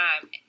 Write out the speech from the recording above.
time